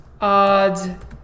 Odd